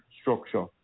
structure